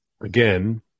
again